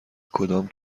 کدام